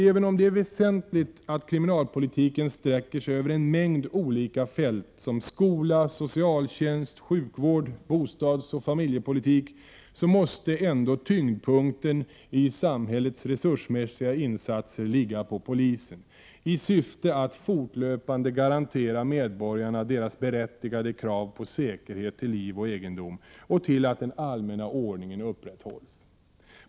Även om det är väsentligt att kriminalpolitiken sträcker sig över en mängd olika fält som skola, socialtjänst, sjukvård, bostadsoch familjepolitik, måste ändå tyngdpunkten i samhällets resursmässiga insatser ligga på polisen i syfte att fortlöpande garantera medborgarna deras berättigade krav på säkerhet till liv och egendom och till att den allmänna ordningen upprätthålls.